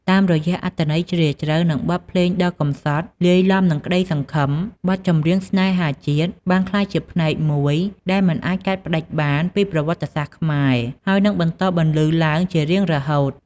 តាមរយៈអត្ថន័យជ្រាលជ្រៅ និងបទភ្លេងដ៏កំសត់លាយឡំនឹងក្តីសង្ឃឹម បទចម្រៀងស្នេហាជាតិបានក្លាយជាផ្នែកមួយដែលមិនអាចកាត់ផ្ដាច់បានពីប្រវត្តិសាស្ត្រខ្មែរ ហើយនឹងបន្តបន្លឺឡើងជារៀងរហូត។